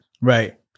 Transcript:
Right